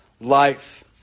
life